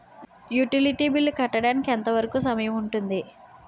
Utility bill కట్టడానికి ఎంత వరుకు సమయం ఉంటుంది?